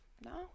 no